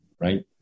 right